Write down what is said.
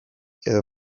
edo